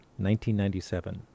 1997